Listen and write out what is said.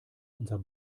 unser